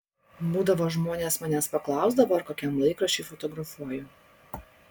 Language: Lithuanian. būdavo žmonės manęs paklausdavo ar kokiam laikraščiui fotografuoju